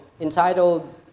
entitled